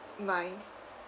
mind